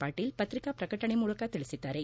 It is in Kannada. ಪಾಟೀಲ್ ಪತ್ರಿಕಾ ಪ್ರಕಟಣೆ ಮೂಲಕ ತಿಳಿಸಿದ್ದಾರೆ